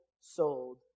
sold